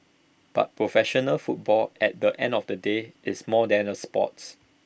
but professional football at the end of the day is more than the sports